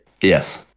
Yes